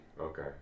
Okay